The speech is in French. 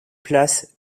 place